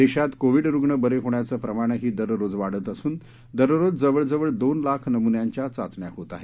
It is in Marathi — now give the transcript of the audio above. देशात कोविड रुण बरे होण्याचं प्रमाणही दस्रोज वाढत असून दररोज जवळ जवळ दोन लाख नमुन्यांच्या चाघण्या होत आहेत